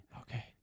Okay